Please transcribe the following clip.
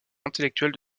intellectuels